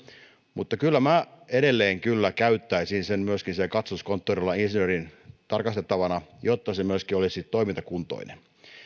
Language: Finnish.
mutta kyllä minä edelleen käyttäisin sen myöskin siellä katsastuskonttorilla insinöörin tarkastettavana jotta se myöskin olisi toimintakuntoinen